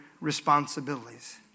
responsibilities